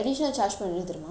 because I'm going